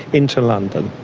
into london.